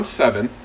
seven